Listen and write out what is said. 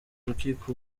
rukiko